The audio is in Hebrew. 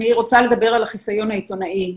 אני רוצה לדבר על החיסיון העיתונאי.